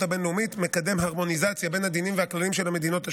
הבין-לאומית המקדם הרמוניזציה בין הדינים והכללים של המדינות השונות.